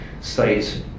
states